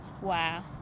Wow